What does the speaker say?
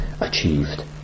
achieved